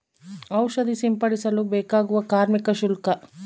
ಔಷಧಿ ಸಿಂಪಡಿಸಲು ಬೇಕಾಗುವ ಕಾರ್ಮಿಕ ಶುಲ್ಕ?